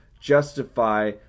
justify